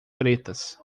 pretas